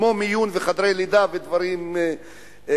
כמו מיון וחדרי לידה ודברים כאלה.